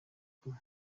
kumi